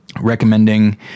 Recommending